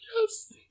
Yes